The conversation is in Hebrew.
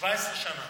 17 שנה.